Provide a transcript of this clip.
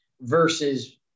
versus